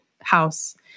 house